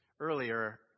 Earlier